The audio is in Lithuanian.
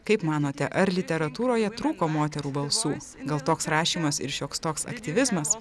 kaip manote ar literatūroje trūko moterų balsų gal toks rašymas ir šioks toks aktyvizmas